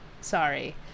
Sorry